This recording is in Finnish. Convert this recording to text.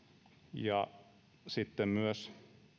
ja sitten myös